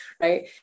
right